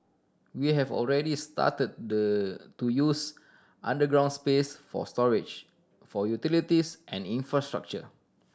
we have already started the to use underground space for storage for utilities and infrastructure